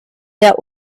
der